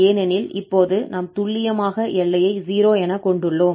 ஏனெனில் இப்போது நாம் துல்லியமாக எல்லையை 0 என கொண்டுள்ளோம்